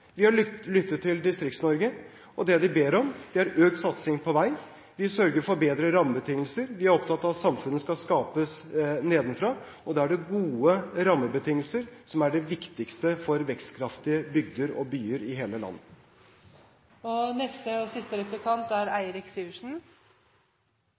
vi har lyttet til Distrikts-Norge, og det de ber om, er økt satsing på vei, å sørge for bedre rammebetingelser, og de er opptatt av at samfunnet skal skapes nedenfra. Da er det gode rammebetingelser som er det viktigste for vekstkraftige bygder og byer i hele landet.